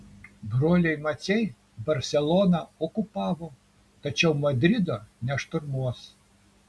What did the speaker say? broliai maciai barseloną okupavo tačiau madrido nešturmuos